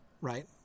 Right